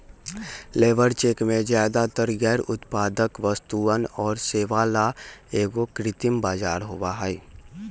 labour check में ज्यादातर गैर उत्पादक वस्तुअन और सेवा ला एगो कृत्रिम बाजार होबा हई